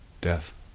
death